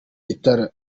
giterane